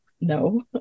no